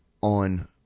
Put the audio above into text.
On